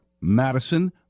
Madison